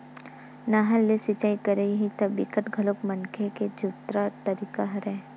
नहर ले सिचई करई ह बिकट घलोक मनखे के जुन्ना तरीका हरय